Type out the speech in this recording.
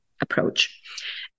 approach